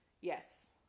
Yes